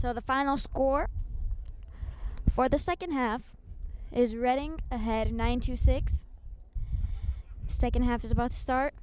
so the final score for the second half is reading ahead in one to six second half is about to start